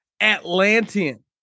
Atlantean